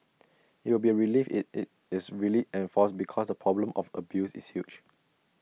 IT will be A relief if IT is really enforced because the problem of abuse is huge